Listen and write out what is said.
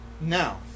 Now